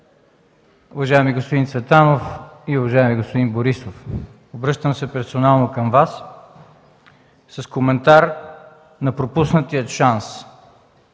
Уважаеми господин Цветанов и уважаеми господин Борисов, обръщам се персонално към Вас с коментар на пропуснатия шанс